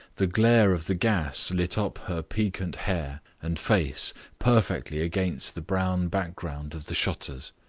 the glare of the gas lit up her piquant hair and face perfectly against the brown background of the shutters.